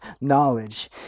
knowledge